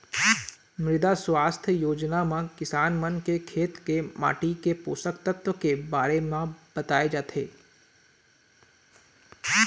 मृदा सुवास्थ योजना म किसान मन के खेत के माटी के पोसक तत्व के बारे म बताए जाथे